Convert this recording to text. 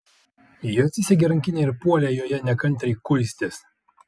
ji atsisegė rankinę ir puolė joje nekantriai kuistis